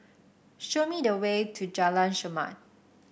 show me the way to Jalan Chermat